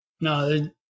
No